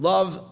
Love